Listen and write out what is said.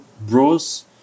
bros